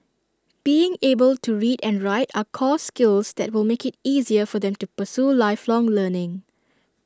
being able to read and write are core skills that will make IT easier for them to pursue lifelong learning